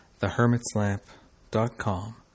thehermitslamp.com